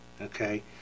okay